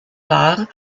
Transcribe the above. war